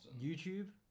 YouTube